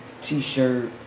t-shirt